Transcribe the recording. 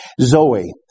Zoe